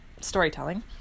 storytelling